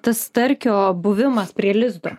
tas starkio buvimas prie lizdo